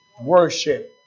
worship